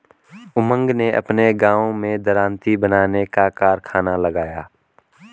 उमंग ने अपने गांव में दरांती बनाने का कारखाना लगाया